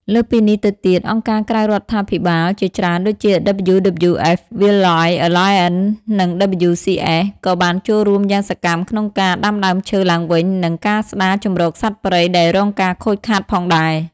លើសពីនេះទៅទៀតអង្គការក្រៅរដ្ឋាភិបាលជាច្រើនដូចជា WWF Wildlife Alliance និង WCS ក៏បានចូលរួមយ៉ាងសកម្មក្នុងការ ដាំដើមឈើឡើងវិញ និងការស្តារជម្រកសត្វព្រៃដែលរងការខូចខាតផងដែរ។